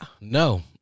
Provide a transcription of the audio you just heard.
no